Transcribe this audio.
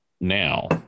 now